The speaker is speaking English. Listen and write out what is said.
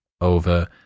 over